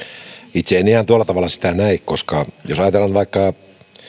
itse en ihan tuolla tavalla sitä näe koska jos ajatellaan nyt vaikka